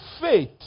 faith